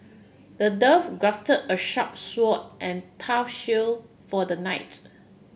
the dwarf crafted a sharp sword and tough shield for the knights